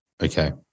Okay